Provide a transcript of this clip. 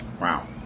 wow